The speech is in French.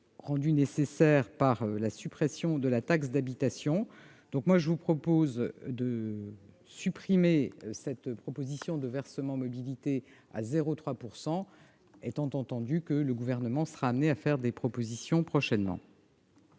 rendue nécessaire par la suppression de la taxe d'habitation. Aussi, je vous propose de supprimer cette proposition de versement mobilité plafonné à 0,3 %, étant entendu que le Gouvernement sera conduit à faire des propositions prochainement.